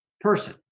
person